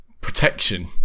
protection